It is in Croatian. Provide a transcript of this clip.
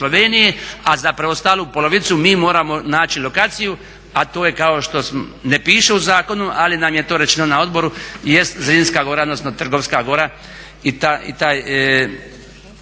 a za preostalu polovicu mi moramo naći lokaciju, a to je kao što, ne piše u zakonu ali nam je to rečeno na odboru, jest Zrinska gora odnosno Trgovska gora i ta